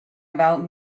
about